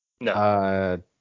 No